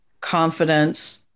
Confidence